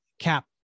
cap